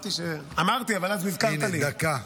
דקה.